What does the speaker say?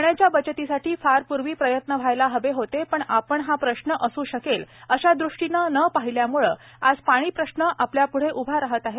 पाण्याच्या बचतीसाठी फार पूर्वी प्रयत्न व्हायला हवे होते पण आपण हा प्रश्न प्रश्न असू शकेल अश्या दृष्टीनं न पाहिल्यामुळे आज पाणी प्रश्न आपल्यापुढे उभा राहत आहे